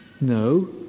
No